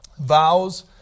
Vows